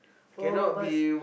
all of us